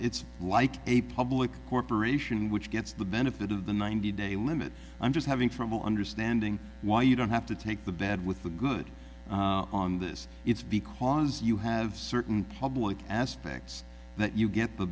it's like a public corporation which gets the benefit of the ninety day limit i'm just having from understanding why you don't have to take the bad with the good on this it's because you have certain public aspects that you get the